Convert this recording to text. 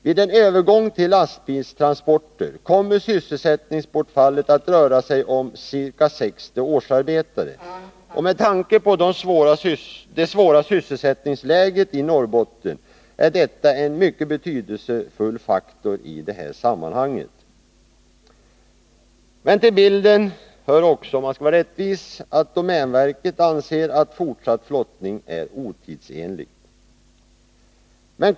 Vid en övergång till lastbilstransporter kommer sysselsättningsbortfallet att röra sig om ca 60 årsarbetare. Med tanke på det svåra sysselsättningsläget i Norrbotten är detta en mycket betydelsefull faktor i sammanhanget. Men till bilden hör också, om man skall vara rättvis, att domänverket anser att fortsatt flottning är otidsenlig och klart olönsam.